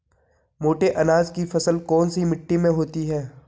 मोटे अनाज की फसल कौन सी मिट्टी में होती है?